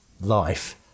life